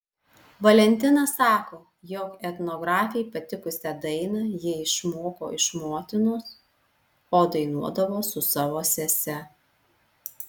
valentina sako jog etnografei patikusią dainą ji išmoko iš motinos o dainuodavo su savo sese